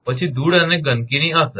પછી ધૂળ અને ગંદકીની અસર